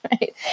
right